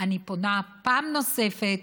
אני פונה פעם נוספת